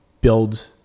build